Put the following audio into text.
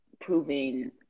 proving